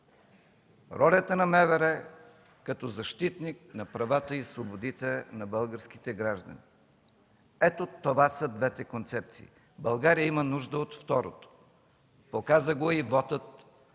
ролята на МВР като защитник на правата и свободите на българските граждани. Ето това са двете концепции. България има нужда от втората. Показа го и